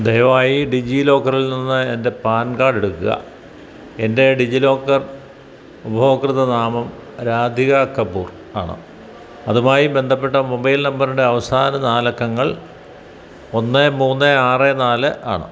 ദയവായി ഡിജിലോക്കറിൽ നിന്ന് എൻ്റെ പാൻ കാർഡ് എടുക്കുക എൻ്റെ ഡിജിലോക്കർ ഉപയോക്തൃനാമം രാധിക കപൂർ ആണ് അതുമായി ബന്ധപ്പെട്ട മൊബൈൽ നമ്പറിൻ്റെ അവസാന നാല് അക്കങ്ങൾ ഒന്ന് മൂന്ന് ആറ് നാല് ആണ്